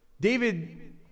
David